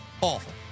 Awful